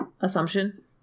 assumption